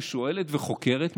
שואלת וחוקרת,